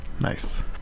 Nice